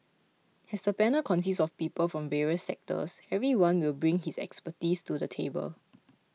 as the panel consists of people from various sectors everyone will bring his expertise to the table